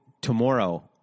tomorrow